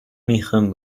میخوام